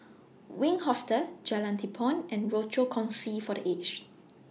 Wink Hostel Jalan Tepong and Rochor Kongsi For The Aged